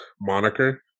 moniker